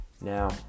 Now